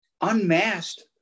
Unmasked